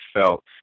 felt